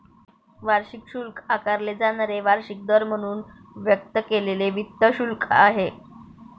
वार्षिक शुल्क आकारले जाणारे वार्षिक दर म्हणून व्यक्त केलेले वित्त शुल्क आहे